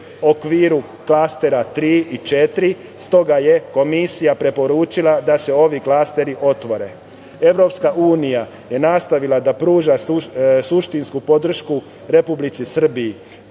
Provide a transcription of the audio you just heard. okviru Klastera 3 i 4, stoga je Komisija preporučila da se ovi klasteri otvore. Evropska Unija je nastavila da pruža suštinsku podršku Republici Srbiji.